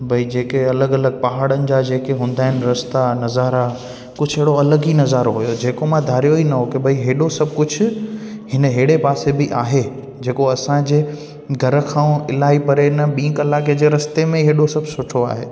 भाई जेके अलॻि अलॻि पहाड़नि जा जेके हूंदा आहिनि रस्ता नज़ारा कुझु अहिड़ो अलॻि ई नज़ारो हुयो जेको मां धारियो ई न हो की भाई हेॾो सभु कुझु हिन अहिड़े पासे बि आहे जेको असांजे घर खां इलाही परे न ॿीं कलाकें जे रस्ते में हेॾो सभु सुठो आहे